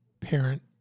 parent